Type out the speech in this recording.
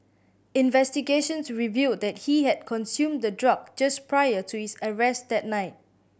investigations revealed that he had consumed the drug just prior to his arrest that night